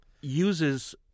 uses